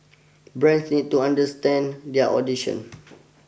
brand need to understand their audition